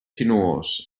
sinuós